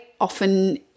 often